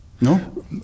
no